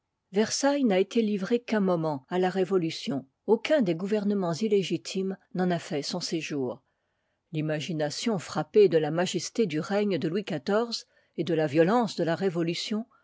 n'a été livré qu'un moment à la révolution aucun des gouvernemens illégitimes n'en a fait son séjour l'imagination frappée de la majesté du règne de louis xiv et de la violence de la révolution